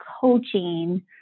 coaching